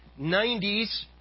90s